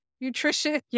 nutrition